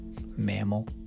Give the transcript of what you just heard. mammal